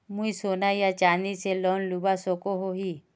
मुई सोना या चाँदी से लोन लुबा सकोहो ही?